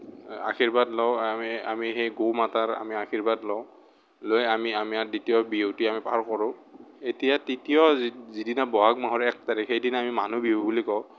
আশীৰ্বাদ লওঁ আমি সেই গো মাতাৰ আশীৰ্বাদ লওঁ লৈ আমি আমাৰ দ্বিতীয় বিহুটি আমি পাৰ কৰোঁ এতিয়া তৃতীয় যি যিদিনা বহাগ মাহৰ এক তাৰিখ মানুহ বিহু বুলি কওঁ